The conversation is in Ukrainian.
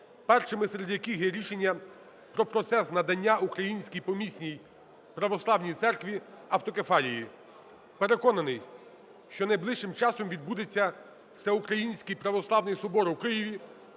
першим серед яких є рішення про процес надання українській помісній православній церкві автокефалії. Переконаний, що найближчим часом відбудеться Всеукраїнський православний Собор у Києві,